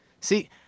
see